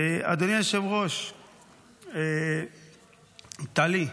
אדוני היושב-ראש, טלי,